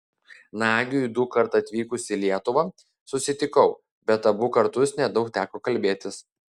nagiui dukart atvykus į lietuvą susitikau bet abu kartus nedaug teko kalbėtis